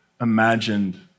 imagined